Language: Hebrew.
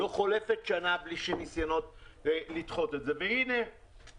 לא חולפת שנה בלי שיש ניסיונות לדחות את זה והנה באה